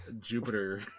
Jupiter